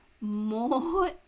more